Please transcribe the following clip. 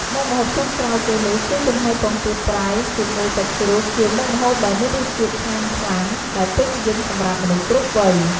មុខម្ហូបចុងក្រោយគេនោះ គឺចំហុយពងទាប្រៃជាមួយសាច់ជ្រូក ជាមុខម្ហូបដែរមានរសជាតិឆ្ងាញ់ខ្លាំង ដែលពេញនិយមសម្រាប់មនុស្សគ្រប់វ័យ។